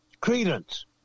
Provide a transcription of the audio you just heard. Credence